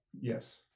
yes